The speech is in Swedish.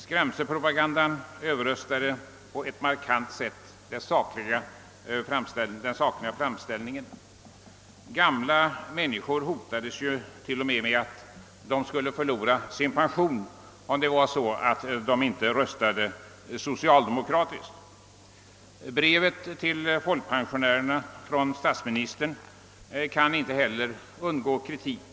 Skrämselpropagandan överröstade på ett markant sätt den sakliga framställningen. Man till och med skrämde gamla människor med att de skulle förlora sin pension, om de inte röstade socialdemokratiskt. Brevet från statsministern till folkpensionärerna kan inte heller undgå kritik.